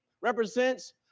represents